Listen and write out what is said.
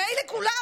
מילא כולם,